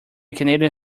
canadian